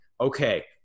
okay